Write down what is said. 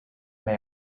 may